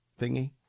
thingy